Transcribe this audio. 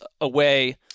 away